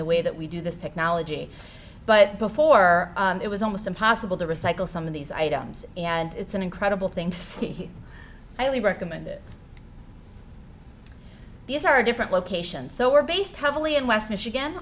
the way that we do this technology but before it was almost impossible to recycle some of these items and it's an incredible thing to be highly recommended these are different locations so we're based heavily in west michigan